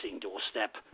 doorstep